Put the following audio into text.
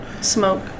smoke